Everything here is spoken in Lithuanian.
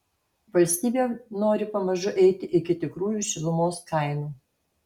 valstybė nori pamažu eiti iki tikrųjų šilumos kainų